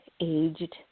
aged